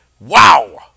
wow